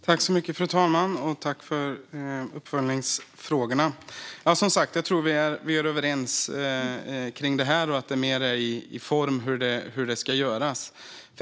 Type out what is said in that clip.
Fru talman! Jag tackar för uppföljningsfrågorna. Som sagt tror jag att vi är överens om det här och att det mer handlar om formen för hur det ska göras.